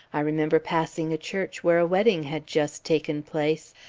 i remember passing a church where a wedding had just taken place,